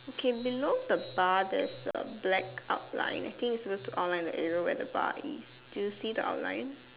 okay below the bar there's a black outline I think is supposed to outline the area where the bar is do you see the outline